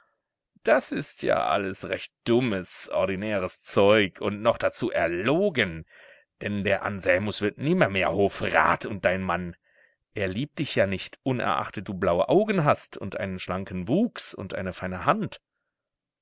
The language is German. das ist ja alles recht dummes ordinäres zeug und noch dazu erlogen denn der anselmus wird nimmermehr hofrat und dein mann er liebt dich ja nicht unerachtet du blaue augen hast und einen schlanken wuchs und eine feine hand